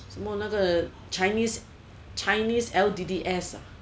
什么那个 chinese chinese L_D_D_S ah